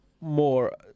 more